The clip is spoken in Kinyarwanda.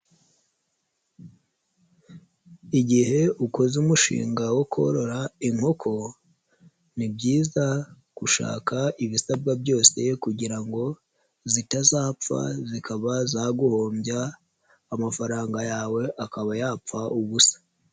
Igihe ukoze umushinga wo korora inkoko ni byiza gushaka ibisabwa byose kugira ngo zitazapfa zikaba zaguhombya amafaranga yawe akaba yapfa ubusa.